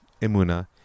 emuna